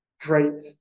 great